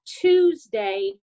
Tuesday